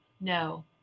No